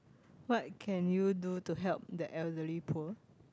what can you do to help the elderly poor